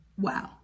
Wow